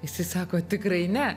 jisai sako tikrai ne